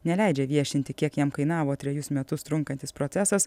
neleidžia viešinti kiek jam kainavo trejus metus trunkantis procesas